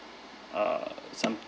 err some